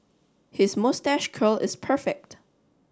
his moustache curl is perfect